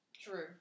True